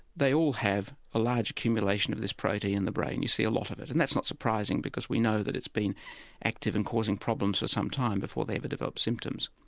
they all have a large accumulation of this protein in the brain, you see a lot of it. and that's not surprising because we know that it's been active and causing problems for some time before they ever develop symptoms.